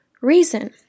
reason